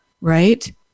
right